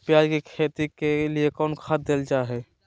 प्याज के खेती के लिए कौन खाद देल जा हाय?